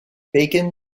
bacon